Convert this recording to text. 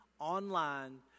online